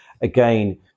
again